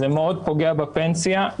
זה מאוד פוגע בפנסיה,